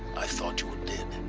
i thought you were dead.